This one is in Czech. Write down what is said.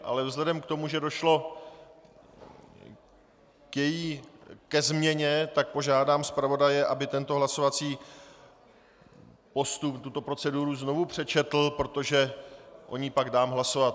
Ale vzhledem k tomu, že došlo ke změně, požádám zpravodaje, aby tento hlasovací postup, tuto proceduru znovu přečetl, protože o ní pak dám hlasovat.